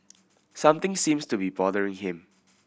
something seems to be bothering him